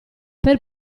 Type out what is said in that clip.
per